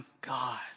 God